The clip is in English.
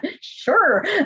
Sure